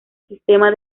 sistema